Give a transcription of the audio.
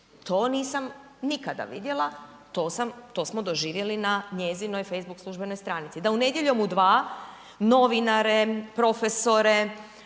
To nisam nikada vidjela, to smo doživjeli na njezinoj facebook službenoj stranici. Da u „Nedjeljom u 2“ novinare, profesore,